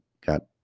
got